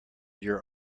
your